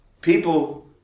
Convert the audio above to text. People